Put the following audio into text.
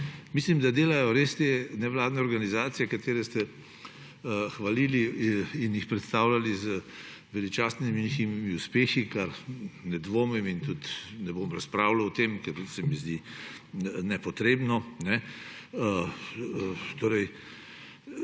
Mislim, da delajo res te nevladne organizacije, katere ste hvalili in jih predstavljali z veličastnimi njihovimi uspehi, v kar ne dvomim in tudi ne bom razpravljal o tem, ker se mi zdi nepotrebno. Ta